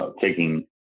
taking